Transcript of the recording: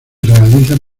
realizan